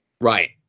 Right